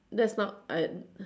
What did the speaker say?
that's not I